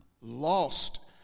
Lost